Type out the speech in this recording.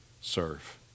serve